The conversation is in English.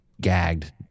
gagged